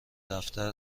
دفتر